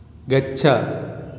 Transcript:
गच्छ